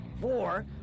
Four